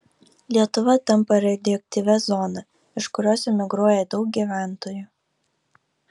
lietuva tampa radioaktyvia zona iš kurios emigruoja daug gyventojų